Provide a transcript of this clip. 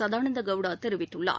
சதானந்தகவுடாதெரிவித்துள்ளார்